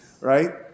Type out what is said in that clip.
Right